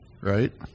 Right